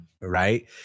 Right